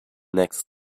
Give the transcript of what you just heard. next